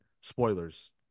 spoilers